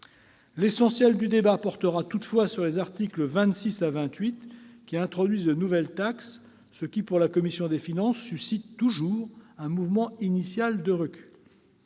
L'essentiel du débat portera toutefois sur les articles 26 à 28, qui introduisent de nouvelles taxes ce qui, pour la commission des finances, suscite toujours un mouvement initial de recul.